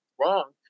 wrong